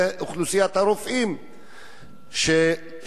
זאת אוכלוסיית הרופאים ששובתים,